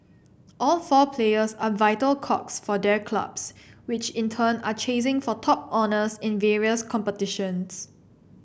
all four players are vital cogs for their clubs which in turn are chasing for top honours in various competitions